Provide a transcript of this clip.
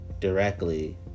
directly